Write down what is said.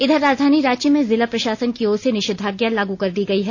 इधर राजधानी रांची में जिला प्रशासन की ओर से निषेधाज्ञा लागू कर दी गई है